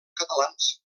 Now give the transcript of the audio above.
catalans